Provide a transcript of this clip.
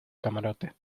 camarote